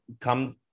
come